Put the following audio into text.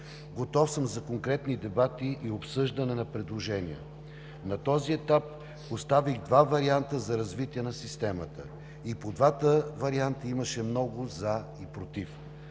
Готов съм за конкретни дебати и обсъждане на предложения. На този етап поставих два варианти за развитие на системата и по двата варианта имаше много „за“ и „против“.